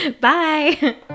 Bye